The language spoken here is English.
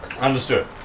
Understood